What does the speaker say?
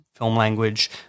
Language